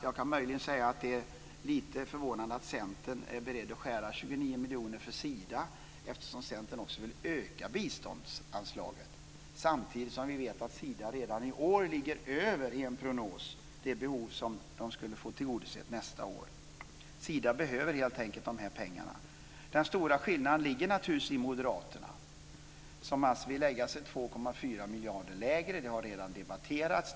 Jag kan möjligen säga att det är lite förvånande att Centern är beredd att skära ned 29 miljoner för Sida, eftersom Centern också vill öka biståndsanslaget samtidigt som vi vet att Sida redan i år, enligt en prognos, ligger över det behov som man skulle få tillgodosett nästa år. Sida behöver helt enkelt de här pengarna. Den stora skillnaden ligger naturligtvis hos moderaterna, som alltså vill lägga sig 2,4 miljarder lägre. Det har redan debatterats.